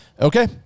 Okay